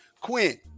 Quinn